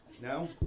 No